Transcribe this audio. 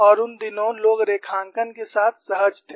और उन दिनों लोग रेखांकन के साथ सहज थे